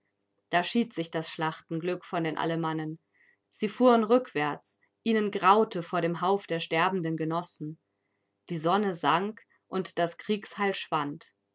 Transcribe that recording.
da schied sich das schlachtenglück von den alemannen sie fuhren rückwärts ihnen graute vor dem hauf der sterbenden genossen die sonne sank und das